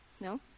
No